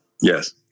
Yes